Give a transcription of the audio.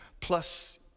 plus